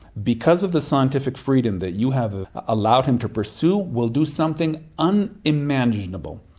because of the scientific freedom that you have allowed him to pursue, will do something um unimaginable.